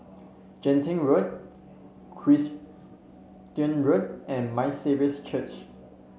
Genting Road Road and My Saviour's Church